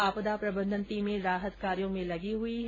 आपदा प्रबंधन टीमें राहत कार्यो में लग गई है